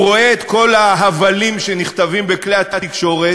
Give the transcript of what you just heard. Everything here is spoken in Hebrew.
הוא רואה את כל ההבלים שנכתבים בכלי התקשורת,